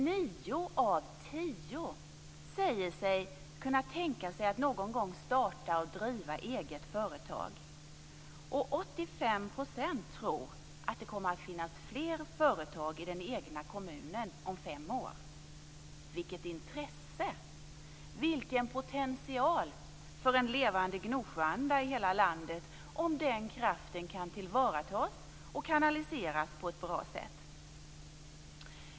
Nio av tio säger att de kan tänka sig att någon gång starta och driva eget företag, och 85 % tror att det kommer att finnas fler företagare i den egna kommunen om fem år. Vilket intresse! Vilken potential för en levande Gnosjöanda i hela landet om den kraften kan tillvaratas och kanaliseras på ett bra sätt.